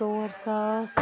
ژور ساس